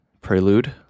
prelude